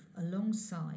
alongside